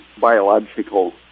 biological